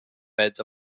beds